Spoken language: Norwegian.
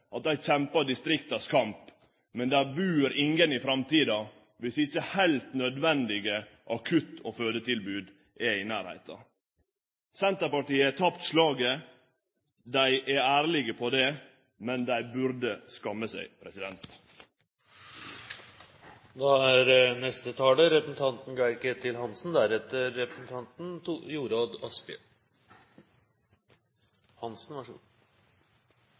at dei kjempar distriktas kamp, men der bur ingen i framtida, viss ikkje heilt nødvendige akutt- og fødetilbod er i nærleiken. Senterpartiet har tapt slaget – dei er ærlege på det – men dei burde skamme seg. Bare et par ord til det siste innlegget fra Fremskrittspartiet som er så kritisk til helseforetaksmodellen. Det